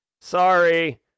Sorry